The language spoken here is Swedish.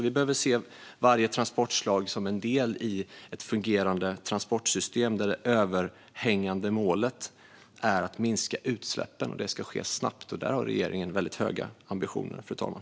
Vi behöver se varje transportslag som en del i ett fungerande transportsystem där det överhängande målet är att minska utsläppen. Detta ska ske snabbt, och där har regeringen höga ambitioner, fru talman.